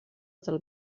del